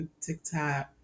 TikTok